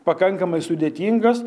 pakankamai sudėtingas